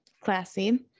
Classy